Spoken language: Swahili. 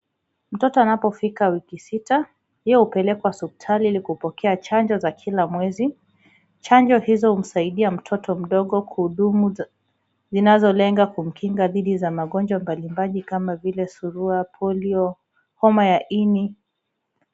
Mtoto anapofika miezi sita, yeye hupelekwa hospitali ili kupokea chanjo za kila mwezi. Chanjo hiyo humsaidia zinazolenga kumkinga dhidi za magonjwa mbali mbali kama vile surua, polio, homa ya ini.